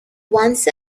once